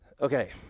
Okay